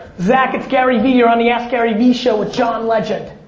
zach, it's garyvee, you're on the askgaryvee show with john legend.